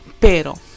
Pero